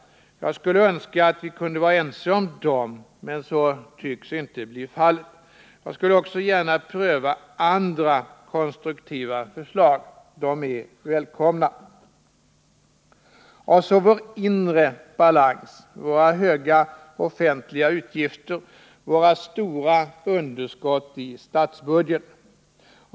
Jag önskar att vi kunde vara ense om dem, men så tycks inte bli fallet. Jag skulle också gärna pröva andra konstruktiva förslag. De är välkomna. Jag går nu in på vår inre balans, våra höga offentliga utgifter och våra stora underskott i statsbudgeten.